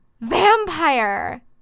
vampire